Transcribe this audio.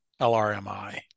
LRMI